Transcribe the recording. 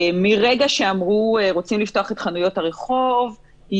מרגע שאמרו שרוצים לפתוח את חנויות הרחוב כי